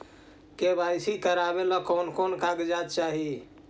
KYC करावे ले कोन कोन कागजात चाही?